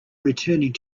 returning